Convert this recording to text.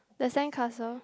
the sandcastle